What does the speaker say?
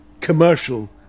commercial